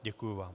Děkuji vám.